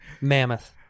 Mammoth